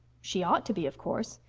she ought to be, of course.